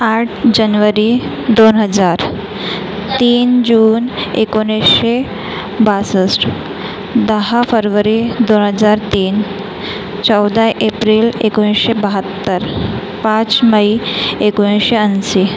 आठ जनवरी दोन हजार तीन जून एकोणीसशे बासष्ट दहा फरवरी दोन हजार तीन चौदा एप्रिल एकोणीसशे बहात्तर पाच मई एकोणीसशे ऐंशी